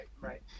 right